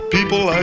People